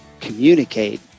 communicate